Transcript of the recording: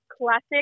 Classic